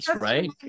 right